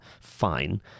fine